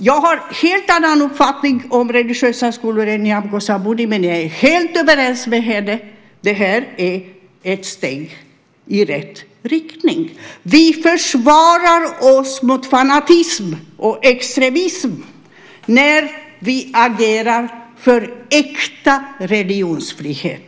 Jag har en helt annan uppfattning om religiösa skolor än Nyamko Sabuni, men jag är helt överens med henne om att det här är ett steg i rätt riktning. Vi försvarar oss mot fanatism och extremism när vi agerar för äkta religionsfrihet.